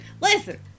listen